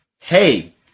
hey